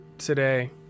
Today